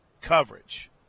coverage